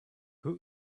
who